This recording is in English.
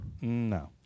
No